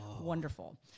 wonderful